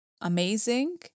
amazing